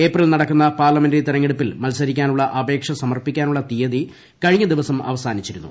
April നടക്കുന്ന പാർലമെന്റി തെരഞ്ഞെടുപ്പിൽ മത്സരിക്കാനുള്ള അപേക്ഷ സമർപ്പിക്കാനുള്ള തീയതി കഴിഞ്ഞ ദിവസം അവസാനിച്ചിരുന്നു